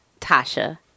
Tasha